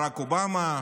ברק אובמה,